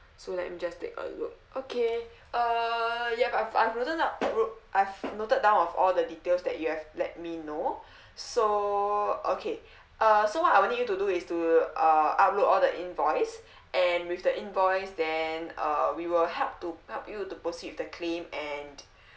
so let me just take a look okay uh yup I've I've noted up wrote I've noted down of all the details that you've let me know so okay uh so what I will need you to do is to uh upload all the invoice and with the invoice then uh we will help to help you to proceed the claim and